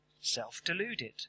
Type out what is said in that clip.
self-deluded